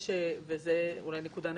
וזו אולי נקודה נכונה,